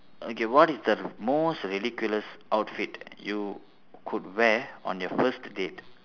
okay what is the most ridiculous outfit you could wear on your first date